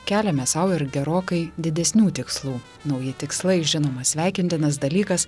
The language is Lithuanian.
keliame sau ir gerokai didesnių tikslų nauji tikslai žinoma sveikintinas dalykas